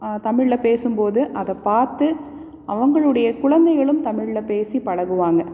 தமிழில் பேசும்போது அதை பார்த்து அவர்களுடைய குழந்தைகளும் தமிழில் பேசி பழகுவாங்க